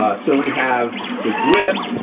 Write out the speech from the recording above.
ah so we have the grip,